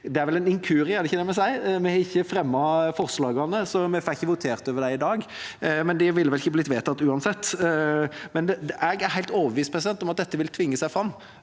nevne en inkurie – er det ikke det vi sier? Vi har ikke fremmet forslagene, så vi får ikke votert over dem i dag, men de ville vel ikke blitt vedtatt uansett. Men jeg er helt overbevist om at dette vil tvinge seg fram.